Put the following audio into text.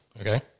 Okay